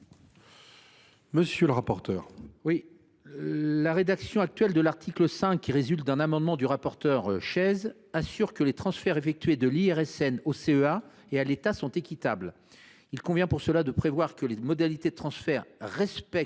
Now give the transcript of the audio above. monsieur le rapporteur,